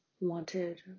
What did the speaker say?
wanted